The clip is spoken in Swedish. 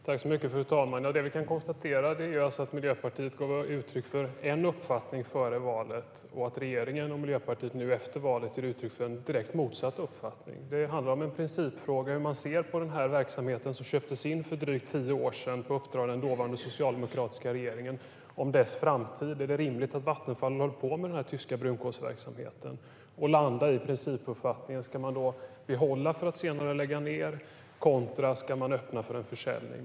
Fru talman! Vi kan konstatera att Miljöpartiet gav uttryck för en uppfattning före valet och att regeringen och Miljöpartiet nu efter valet ger uttryck för direkt motsatt uppfattning. Det handlar om en principfråga om hur man ser på denna verksamhet, som köptes in för drygt tio år sedan på uppdrag av den dåvarande socialdemokratiska regeringen, och hur man ser på brunkolsverksamhetens framtid. Är det rimligt att Vattenfall håller på med denna tyska brunkolsverksamhet? Man landar då i en principuppfattning - ska man behålla för att senare lägga ned, eller ska man öppna för en försäljning?